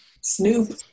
Snoop